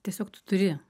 tiesiog tu turi